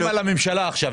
הם שומרים על הממשלה עכשיו,